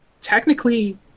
technically